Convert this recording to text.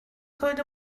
clywed